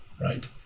right